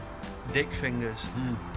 Dickfingers